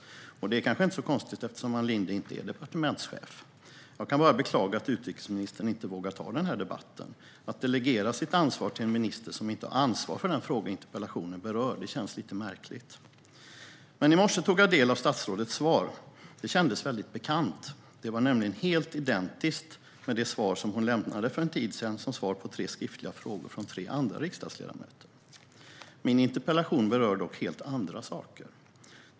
Det är kanske inte så konstigt eftersom Ann Linde inte är departementschef. Jag kan bara beklaga att utrikesministern inte vågar ta denna debatt. Att delegera till en minister som inte har ansvar för den fråga som interpellationen berör känns lite märkligt. I morse tog jag dock del av statsrådets svar. Det kändes väldigt bekant - det var nämligen helt identiskt med det svar hon lämnade för en tid sedan som svar på tre skriftliga frågor från tre andra riksdagsledamöter. Min interpellation berör dock helt andra saker.